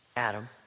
Adam